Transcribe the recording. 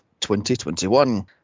2021